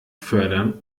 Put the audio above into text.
fördern